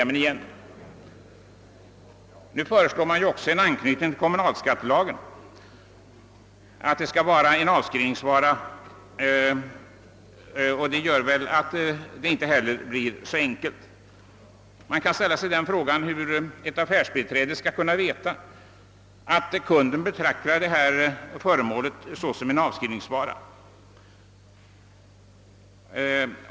Även en anknytning till kommunalskattelagen har föreslagits, innebärande att reduceringsregeln endast skall tilllämpas vid sådant inköp som gäller en avskrivningsvara. Det medför också att systemet inte blir så alldeles enkelt. Man kan ställa sig frågan, hur ett affärsbiträde skall kunna veta att kunden betraktar det köpta föremålet såsom en avskrivningsvara.